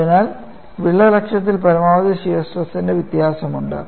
അതിനാൽ വിള്ളൽ അക്ഷത്തിൽ പരമാവധി ഷിയർ സ്ട്രെസ്ന്റെ വ്യത്യാനം ഉണ്ട്